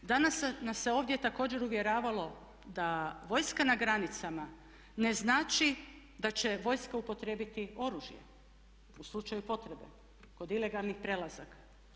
Danas nas se ovdje također uvjeravalo da vojska na granicama ne znači da će vojska upotrijebiti oružje u slučaju potrebe kod ilegalnih prelazaka.